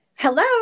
Hello